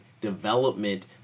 development